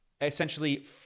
essentially